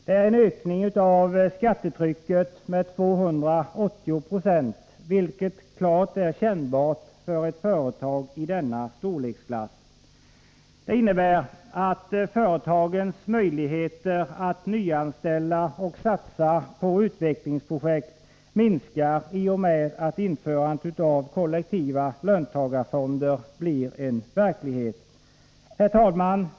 Det är en ökning av skattetrycket med 280 96, vilket klart är kännbart för ett företag i denna storleksklass. Det innebär att företagens möjligheter att nyanställa och satsa på utvecklingsprojekt minskar i och med att införandet av kollektiva löntagarfonder blir en verklighet. Herr talman!